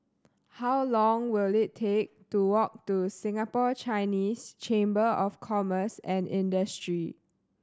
how long will it take to walk to Singapore Chinese Chamber of Commerce and Industry